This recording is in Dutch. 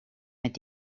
met